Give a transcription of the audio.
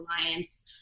Alliance